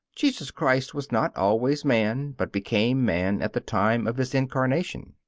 jesus christ was not always man, but became man at the time of his incarnation.